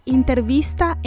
intervista